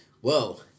Whoa